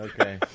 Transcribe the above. Okay